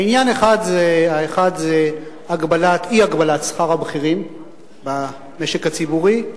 העניין האחד הוא אי-הגבלת שכר הבכירים במשק הציבורי,